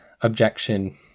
objection